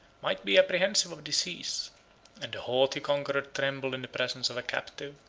might be apprehensive of disease and the haughty conqueror trembled in the presence of a captive,